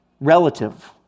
relative